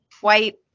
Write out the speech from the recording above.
white